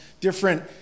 different